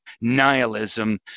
nihilism